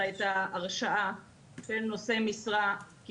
הרשעה של נושאי משרה.